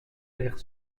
l’ère